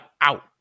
out